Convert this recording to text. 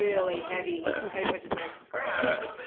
really heavy punches, where scraps,